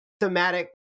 thematic